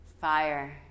fire